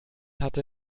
hatte